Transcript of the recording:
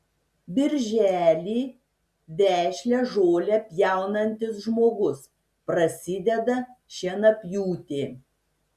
birželį vešlią žolę pjaunantis žmogus prasideda šienapjūtė